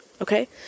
Okay